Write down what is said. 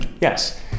Yes